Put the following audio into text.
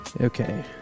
Okay